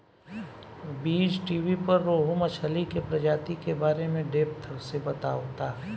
बीज़टीवी पर रोहु मछली के प्रजाति के बारे में डेप्थ से बतावता